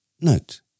Note